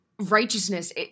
righteousness